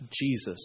Jesus